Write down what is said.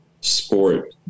sport